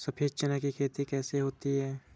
सफेद चना की खेती कैसे होती है?